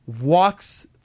walks